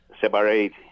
separate